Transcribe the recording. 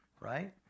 right